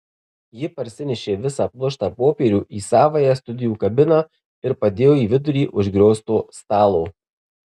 ji parsinešė visą pluoštą popierių į savąją studijų kabiną ir padėjo į vidurį užgriozto stalo